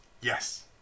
yes